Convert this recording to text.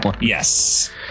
yes